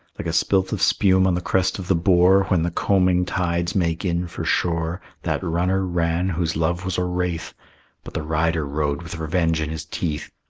like a spilth of spume on the crest of the bore when the combing tides make in for shore, that runner ran whose love was a wraith but the rider rode with revenge in his teeth.